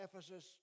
Ephesus